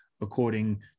according